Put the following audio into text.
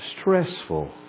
stressful